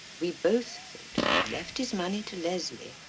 we both thought if he left his money to leslie,